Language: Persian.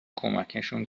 کمکشون